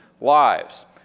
lives